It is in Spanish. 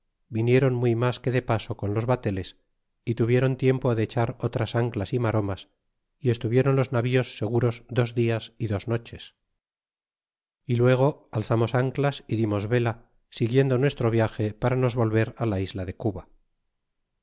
viniéron muy mas que de paso con los bateles y tuvieron tiempo de echar otras anclas y maromas y estuviéron los navíos seguros dos dias y dos noches y luego alzamos anclas y dimos vela siguiendo nuestro viage para nos volver la isla de cuba